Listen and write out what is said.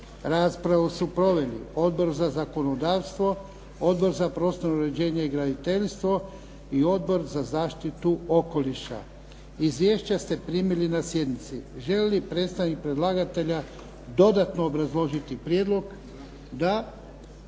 Raspravu su proveli Odbor za zakonodavstvo, Odbor za prostorno uređenje i graditeljstvo i Odbor za zaštitu okoliša. Izvješća ste primili na sjednici. Želi li predstavnik predlagatelja dodatno obrazložiti prijedlog? Da.